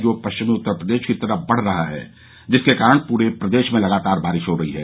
जो पश्चिमी उत्तर प्रदेश की तरफ बढ रहा है जिसके कारण पूरे प्रदेश में लगातार बारिश हो रही है